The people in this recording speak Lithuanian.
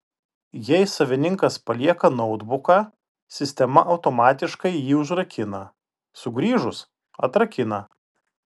jei savininkas palieka noutbuką sistema automatikai jį užrakina sugrįžus atrakina